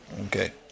Okay